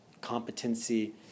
competency